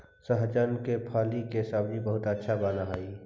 सहजन के फली के सब्जी बहुत अच्छा बनऽ हई